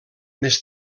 més